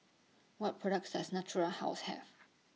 What products Does Natura House Have